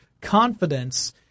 confidence